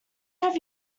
have